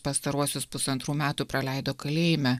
pastaruosius pusantrų metų praleido kalėjime